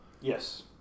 Yes